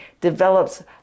develops